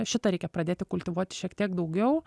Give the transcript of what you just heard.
šitą reikia pradėti kultivuoti šiek tiek daugiau